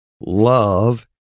love